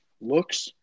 Looks